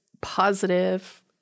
positive